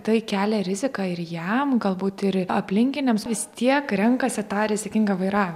tai kelia riziką ir jam galbūt ir aplinkiniams vis tiek renkasi tą rizikingą vaira